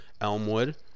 Elmwood